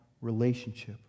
relationship